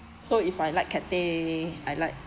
so if I like Cathay I like